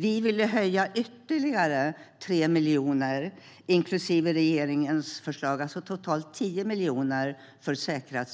Vi ville höja med ytterligare 3 miljoner inklusive regeringens förslag, alltså totalt 10 miljoner som oavkortat